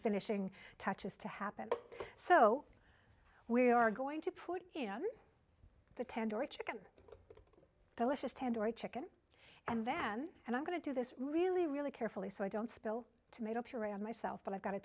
finishing touches to happen so we are going to put in the tandoori chicken delicious tandoori chicken and then and i'm going to do this really really carefully so i don't spill tomato puree on myself but i've got a